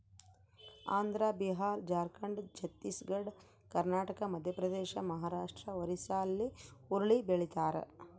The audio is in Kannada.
ಆಂಧ್ರ ಬಿಹಾರ ಜಾರ್ಖಂಡ್ ಛತ್ತೀಸ್ ಘಡ್ ಕರ್ನಾಟಕ ಮಧ್ಯಪ್ರದೇಶ ಮಹಾರಾಷ್ಟ್ ಒರಿಸ್ಸಾಲ್ಲಿ ಹುರುಳಿ ಬೆಳಿತಾರ